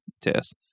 test